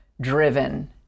driven